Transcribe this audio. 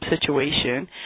situation